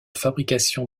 fabrication